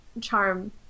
charm